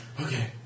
Okay